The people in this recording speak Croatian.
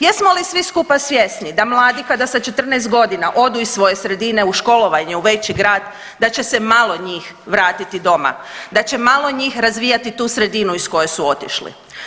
Jesmo li svi skupa svjesni da mladi kada sa 14 godina odu iz svoje sredine u školovanje u veći grad da će se malo njih vratiti doma, da će malo njih razvijati tu sredinu iz koje su otišli.